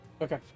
Okay